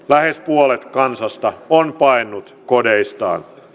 lähes puolet kansasta on paennut kodeistaan